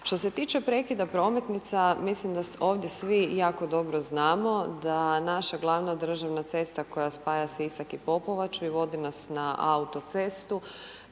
Što se tiče prekida prometnica, mislim da ovdje svi jako dobro znamo da naša glavna državna cesta koja spaja Sisak i Popovaču i vodi nas na autocestu,